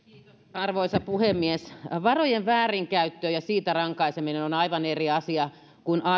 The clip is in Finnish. arvoisa puhemies varojen väärinkäyttö ja siitä rankaiseminen on aivan eri asia kuin